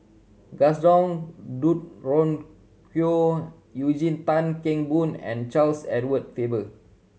Gaston Dutronquoy Eugene Tan Kheng Boon and Charles Edward Faber